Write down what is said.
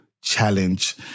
challenge